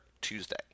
Tuesday